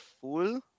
full